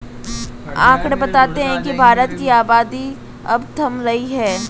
आकंड़े बताते हैं की भारत की आबादी अब थम रही है